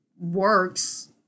works